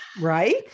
right